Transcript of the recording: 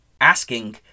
asking